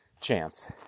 chance